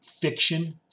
fiction